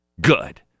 Good